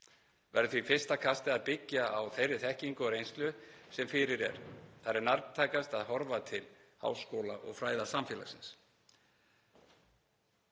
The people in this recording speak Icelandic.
Verður því fyrsta kastið að byggja á þeirri þekkingu og reynslu sem fyrir er. Þar er nærtækast að horfa til háskóla- og fræðasamfélagsins.